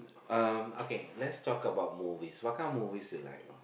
um okay let's talk about movies what kind of movies do you like